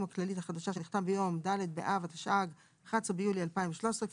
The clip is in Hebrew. הכללית החדשה שנחתם ביום ד' באב התשע"ג (11 ביולי 2013,